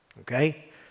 okay